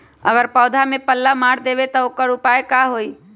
अगर पौधा में पल्ला मार देबे त औकर उपाय का होई?